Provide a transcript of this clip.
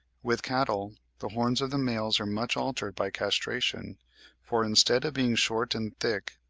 with cattle, the horns of the males are much altered by castration for instead of being short and thick,